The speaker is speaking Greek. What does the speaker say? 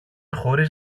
χωρίς